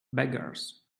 beggars